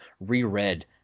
reread